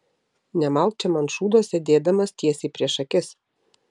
nemalk čia man šūdo sėdėdamas tiesiai prieš akis